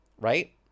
Right